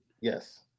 Yes